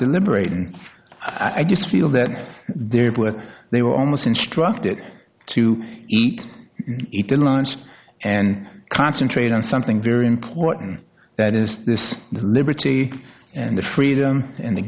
deliberating i just feel that they're with they were almost instructed to eat eat their lunch and concentrate on something very important that is this liberty and the freedom and the